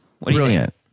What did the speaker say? Brilliant